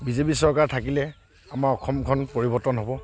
BJP চৰকাৰ থাকিলে আমাৰ অসমখন পৰিৱৰ্তন হ'ব